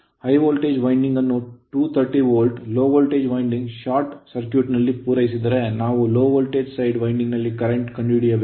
high voltage winding ಅನ್ನು 230 volt low voltage winding short circuit ನಲ್ಲಿ ಪೂರೈಸಿದರೆ ನಾವು low ವೋಲ್ಟೇಜ್ ವೈಂಡಿಂಗ್ ನಲ್ಲಿ current ಕಂಡುಹಿಡಿಯಬೇಕು